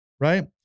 right